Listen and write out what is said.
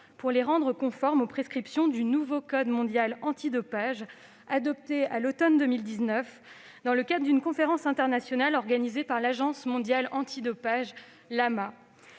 pour les rendre conformes aux prescriptions du nouveau code mondial antidopage, adopté à l'automne 2019 dans le cadre d'une conférence internationale organisée par l'Agence mondiale antidopage (AMA).